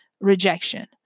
rejection